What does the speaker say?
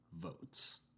Votes